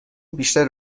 بیشتر